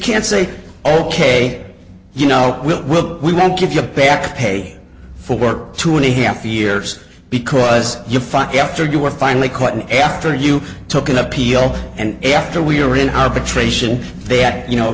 can't say ok you know we'll we'll we won't give you a back pay for two and a half years because you fuck after you were finally caught and after you took an appeal and after we were in arbitration they had you know